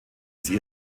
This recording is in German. sie